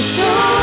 Show